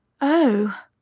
Oh